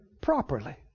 properly